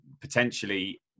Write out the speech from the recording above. potentially